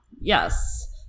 yes